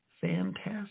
fantastic